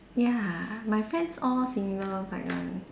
ya my friends all single right now